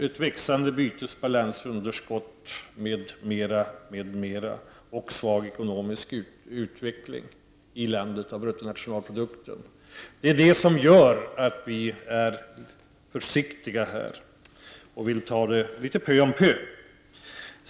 Ett växande bytesbalansunderskott och en svag ekonomisk utveckling i bruttonationalprodukten i landet gör att vi är försiktiga och vill ta det litet pö om pö.